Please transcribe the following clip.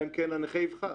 אלא אם כן הנכה יבחר,